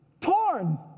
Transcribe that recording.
Torn